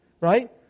Right